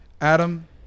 Adam